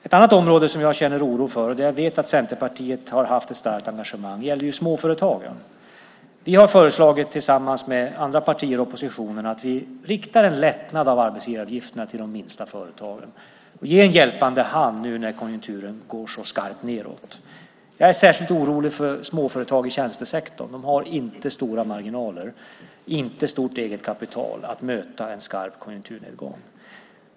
Ett annat område som jag känner oro för och där jag vet att Centerpartiet har haft ett starkt engagemang är småföretagen. Vi har tillsammans med andra partier i oppositionen föreslagit att vi riktar en lättnad i arbetsgivaravgifterna till de minsta företagen och ger en hjälpande hand nu när konjunkturen går så skarpt nedåt. Jag är särskilt orolig för småföretag i tjänstesektorn. De har inte stora marginaler och stort eget kapital att möta en skarp konjunkturnedgång.